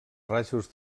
rajos